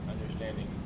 understanding